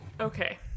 Okay